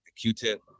Q-Tip